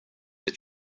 that